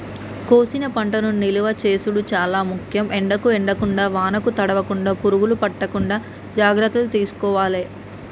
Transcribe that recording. కోసిన పంటను నిలువ చేసుడు చాల ముఖ్యం, ఎండకు ఎండకుండా వానకు తడవకుండ, పురుగులు పట్టకుండా జాగ్రత్తలు తీసుకోవాలె